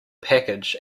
package